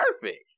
perfect